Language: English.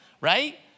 right